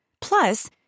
Plus